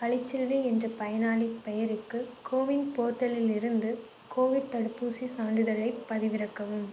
கலைச்செல்வி என்ற பயனாளிப் பெயருக்கு கோவின் போர்ட்டலில் இருந்து கோவிட் தடுப்பூசிச் சான்றிதழைப் பதிவிறக்கவும்